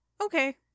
Okay